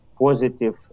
positive